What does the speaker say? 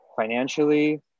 financially